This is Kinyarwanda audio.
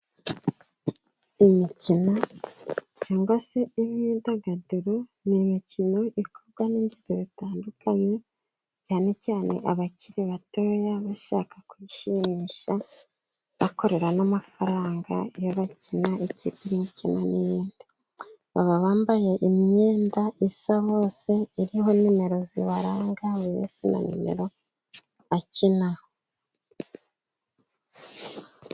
Imikino cyangwa se imyidagaduro ni imikino ikorwa n'ingeri zitandukanye, cyane cyane abakiri batoya bashaka kwishimisha, bakorera n'amafaranga iyo bakina, ikipe imwe ikina n'iyinindi. baba bambaye imyenda isa bose iriho nimero zibaranga, buri wese na nimero akinaho.